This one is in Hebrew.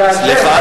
סליחה,